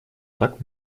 так